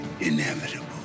inevitable